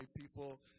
people